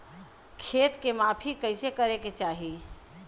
खेत के माफ़ी कईसे करें के चाही?